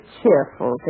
cheerful